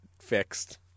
fixed